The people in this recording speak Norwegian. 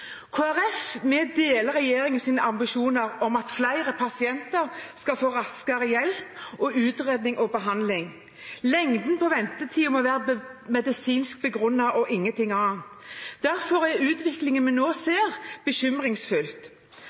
ambisjoner om at flere pasienter skal få raskere hjelp, utredning og behandling. Lengden på ventetiden må være medisinsk begrunnet – og ingenting annet. Derfor er utviklingen vi nå ser,